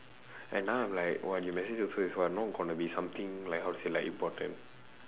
and now I'm like !wah! you message also is what not going to be something like how to say like important